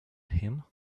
him